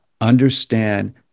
understand